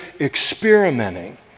experimenting